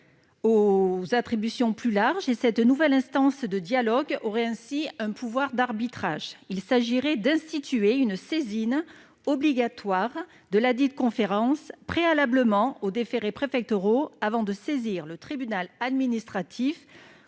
aux attributions plus larges. Cette nouvelle instance aurait ainsi un pouvoir d'arbitrage. Il s'agirait d'instituer une saisine obligatoire de ladite conférence préalablement aux déférés préfectoraux, avant de saisir le tribunal administratif